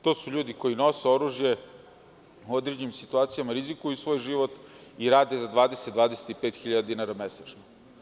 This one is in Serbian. To su ljudi koji nose oružje u određenim situacijama, rizikuju svoj život i rade za 20-25 hiljada dinara mesečno.